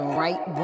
right